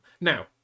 Now